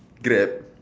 Grab